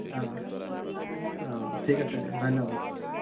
অ অ ঠিক আছে দিয়ক ধন্যবাদ